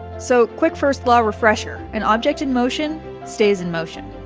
so quick first law refresher an object in motion stays in motion.